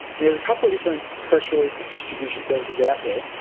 there's a couple of different press release distribution services out there.